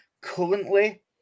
currently